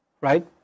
Right